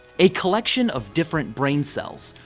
a collection of different brain cells,